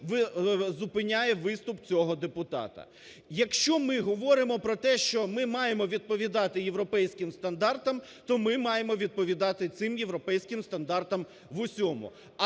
зупиняє виступ цього депутата. Якщо ми говоримо про те, що ми маємо відповідати європейським стандартам, то ми маємо відповідати цим європейським стандартам в усьому.